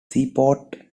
seaport